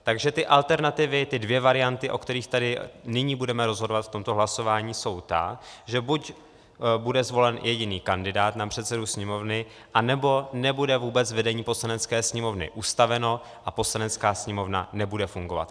Takže ty alternativy, ty dvě varianty, o kterých tady nyní budeme rozhodovat v tomto hlasování, jsou ty, že buď bude zvolen jediný kandidát na předsedu Sněmovny, anebo nebude vůbec vedení Poslanecké sněmovny ustaveno a Poslanecká sněmovna nebude fungovat.